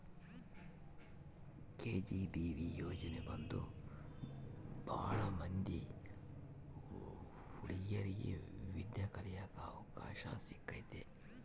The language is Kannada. ಕೆ.ಜಿ.ಬಿ.ವಿ ಯೋಜನೆ ಬಂದು ಭಾಳ ಮಂದಿ ಹುಡಿಗೇರಿಗೆ ವಿದ್ಯಾ ಕಳಿಯಕ್ ಅವಕಾಶ ಸಿಕ್ಕೈತಿ